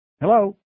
Hello